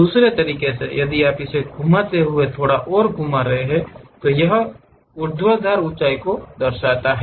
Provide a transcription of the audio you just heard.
दूसरे तरीके से यदि आप इसे घुमाते हुए थोड़ा घूम रहे हैं तो यह उस की ऊर्ध्वाधर ऊँचाई को दर्शाता है